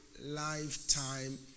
Lifetime